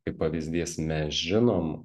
kaip pavyzdys mes žinom